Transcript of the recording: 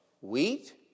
wheat